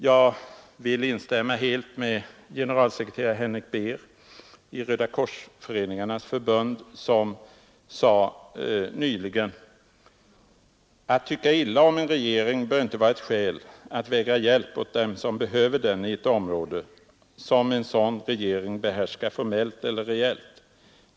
Jag vill instämma helt med generalsekreterare Henrik Beer i Rödakorsföreningarnas förbund som nyligen sade: ”Att tycka illa om en regering bör inte vara ett skäl att vägra hjälp åt dem som behöver den i ett område som en sådan regering behärskar formellt eller reellt.